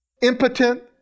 impotent